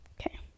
Okay